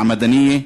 אל-מעמדאנייה,